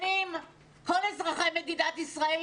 שנים כל אזרחי מדינת ישראל,